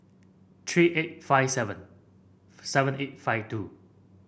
three eight five seven seven eight five two